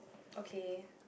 okay